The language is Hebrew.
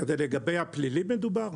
מדובר לגבי הפלילי?